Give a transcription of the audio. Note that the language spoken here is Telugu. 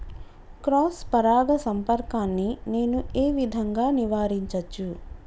క్రాస్ పరాగ సంపర్కాన్ని నేను ఏ విధంగా నివారించచ్చు?